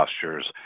postures